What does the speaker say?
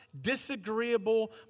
disagreeable